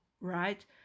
right